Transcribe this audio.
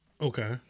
okay